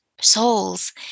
souls